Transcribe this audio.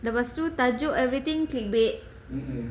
lepas tu tajuk everything click bait